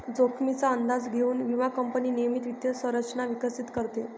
जोखमीचा अंदाज घेऊन विमा कंपनी नियमित वित्त संरचना विकसित करते